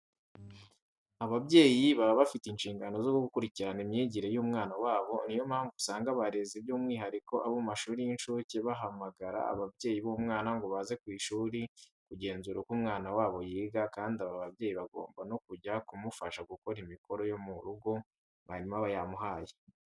Ababyeyi baba bafite inshingano zo gukurikirana imyigire y'umwana wabo. Ni yo mpamvu usanga abarezi by'umwihariko abo mu mashuri y'incuke bahamagara ababyeyi b'umwana ngo baze ku ishuri kugenzura uko umwana wabo yiga kandi aba babyeyi bagomba no kujya bamufasha gukora imikoro yo mu rugo mwarimu aba yamuhaye.